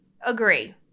Agree